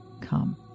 come